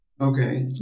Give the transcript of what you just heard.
Okay